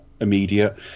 immediate